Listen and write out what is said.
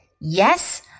Yes